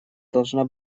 должна